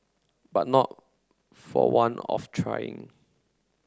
but not for want of trying